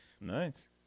Nice